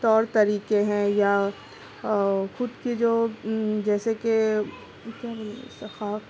طور طریقے ہیں یا خود کی جو جیسے کہ کیا بولے